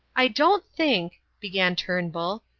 i don't think, began turnbull,